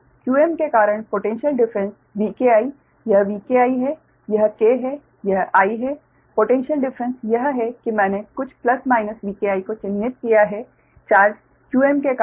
इसलिए qm के कारण पोटैन्श्यल डिफ़्रेंस Vki यह Vki है यह k है यह I है पोटैन्श्यल डिफ़्रेंस यह है कि मैंने कुछ प्लस माइनस Vki को चिह्नित किया है चार्ज qm के कारण